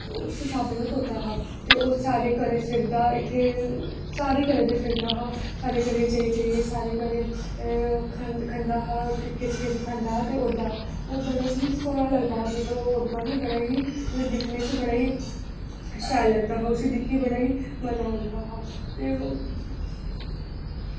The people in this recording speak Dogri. ओह् उस स्हाबै दा तोता हा ते ओह् साढ़े घरै फिरदा इत्थै सारे घरें फिरदा हा कदें कदें जाई जाइयै सारें घरें ते खंदा हा ते किश किश खंदा हा ते किश किश खंदा हा ते उडदा हा ओह् बड़ा ई सोह्ना लगदा जेल्लै की ओह् उड्डदा हा ओह् दिक्खने च बड़ा ई शैल लगदा हा उसी दिक्खियै बड़ा ई मज़ा औंदा हा ते ओह्